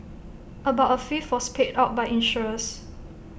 about A fifth was paid out by insurers